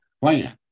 plan